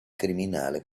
criminale